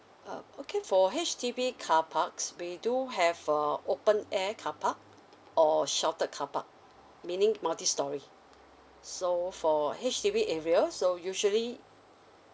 uh okay for H_D_B carparks we do have err open air carpark or sheltered carpark meaning multi story so for H_D_B area so usually